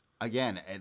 Again